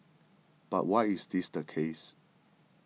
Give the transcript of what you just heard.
but why is this the case